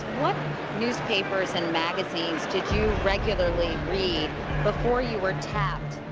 what newspapers and magazines did you regularly read before you were tapped.